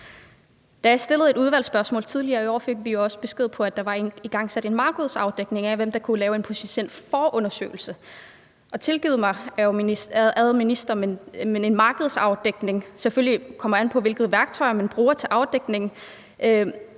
Da jeg stillede et udvalgsspørgsmål tidligere i år, fik vi jo også besked på, at der var igangsat en markedsafdækning af, hvem der kunne lave en potentiel forundersøgelse. Tilgiv mig, ærede minister, men en markedsafdækning – det kommer selvfølgelig an på, hvilke værktøjer man bruger til afdækningen